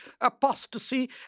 apostasy